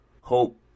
hope